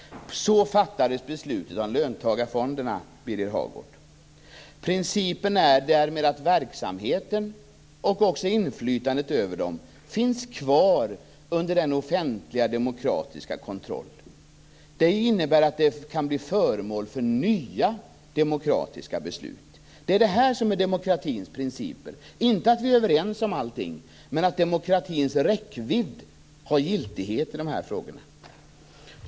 Så fattades beslutet om löntagarfonderna, Birger Hagård. Principen är därmed att verksamheten och också inflytandet över dem finns kvar under denna offentliga, demokratiska kontroll. Det innebär att de kan bli föremål för nya demokratiska beslut. Det är det här som är demokratins principer - inte att vi är överens om allting, men att demokratins räckvidd har giltighet i de här frågorna.